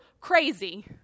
crazy